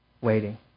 waiting